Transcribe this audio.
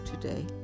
today